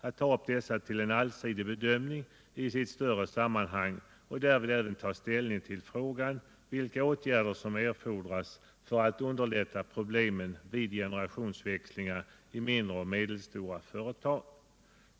De skulle tas upp till en allsidig bedömning i större sammanhang, varvid man även skulle ta ställning till frågan om vilka åtgärder som erfordras för att minska problemen vid generationsväxlingar i mindre och medelstora företag.